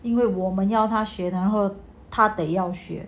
因为我们要他然后他得要学